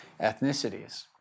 ethnicities